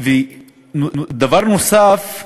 דבר נוסף: